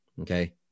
okay